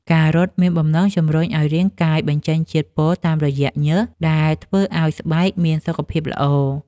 ការរត់មានបំណងជម្រុញឱ្យរាងកាយបញ្ចេញជាតិពុលតាមរយៈញើស ដែលធ្វើឱ្យស្បែកមានសុខភាពល្អ។